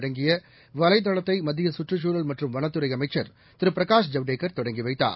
அடங்கியவலைதளத்தைமத்தியசுற்றுச்சூழல் மற்றும் வனத்துறைஅமைச்சர் திருபிரகாஷ் ஜவ்டேகர் தொடங்கிவைத்தார்